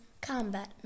Combat